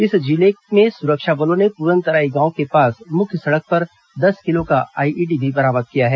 इसी जिले में सुरक्षा बलों ने पूरनतरई गांव के पास मुख्य सड़क पर दस किलो का आईईडी बरामद किया है